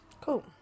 Cool